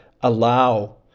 allow